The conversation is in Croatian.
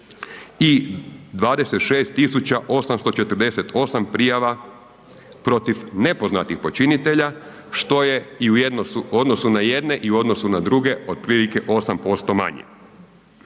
i 26848 prijava protiv nepoznatih počinitelja, što je i u odnosu na jedne i u odnosu na druge otprilike 8% manji.